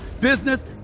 business